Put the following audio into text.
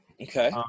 Okay